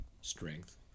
strength